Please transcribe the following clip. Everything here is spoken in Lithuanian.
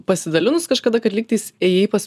pasidalinus kažkada kad lygtis ėjai pas